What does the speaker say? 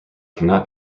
cannot